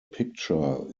picture